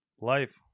Life